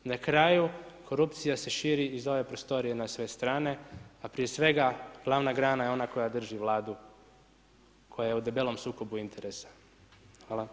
Na kraju korupcija se širi iz ove prostorije na sve strane, a prije svega glavna grana je ona koja drži Vladu, koja je u debelom sukobu interesa.